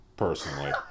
personally